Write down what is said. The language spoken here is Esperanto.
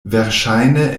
verŝajne